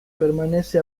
permanece